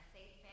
Safe